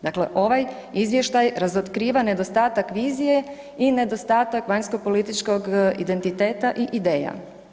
Dakle, ovaj izvještaj razotkriva nedostatak vizije i nedostatak vanjsko političkog identiteta i ideja.